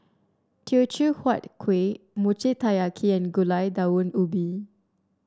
Teochew Huat Kuih Mochi Taiyaki and Gulai Daun Ubi